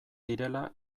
direla